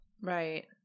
Right